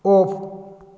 off